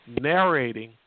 narrating